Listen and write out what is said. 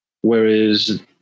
whereas